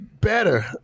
better